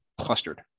clustered